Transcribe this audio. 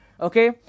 Okay